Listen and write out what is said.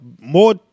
more